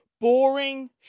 boring